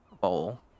bowl